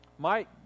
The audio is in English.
Mike